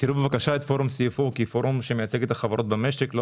תראו בבקשה את פורום CFO כפורום שמייצג את החברות במשק ולא